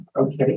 Okay